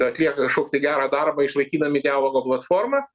atlieka kažkokį tai gerą darbą išlaikydami dialogo platformą